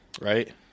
Right